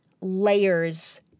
layers